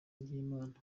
ry’imana